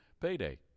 payday